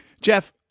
Jeff